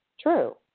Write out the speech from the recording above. True